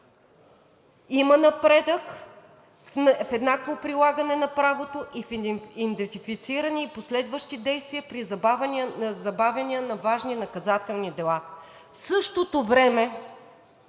„Има напредък в еднакво прилагане на правото и в идентифицирани и последващи действия при забавяния на важни наказателни дела. В същото време